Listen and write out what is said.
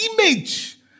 image